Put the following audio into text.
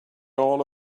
all